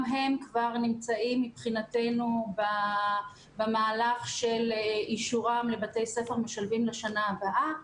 גם הם כבר נמצאים מבחינתנו במהלך של אישורם לבתי-ספר משלבים לשנה הבאה.